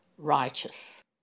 Righteous